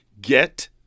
Get